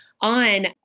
on